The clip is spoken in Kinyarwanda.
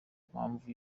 mpamvu